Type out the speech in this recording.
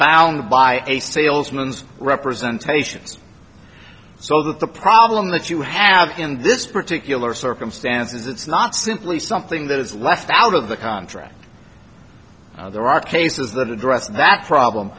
bound by a salesman's representation so that the problem that you have in this particular circumstances it's not simply something that is left out of the contract there are cases that address that problem